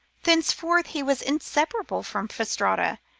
thenceforth he was inseparable from fastrada,